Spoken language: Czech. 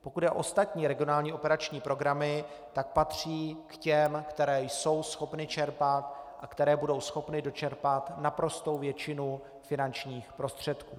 Pokud jde o ostatní regionální operační programy, tak patří k těm, které jsou schopny čerpat a které budou schopny dočerpat naprostou většinu finančních prostředků.